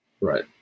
Right